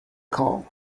call